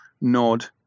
nod